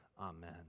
Amen